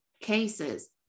cases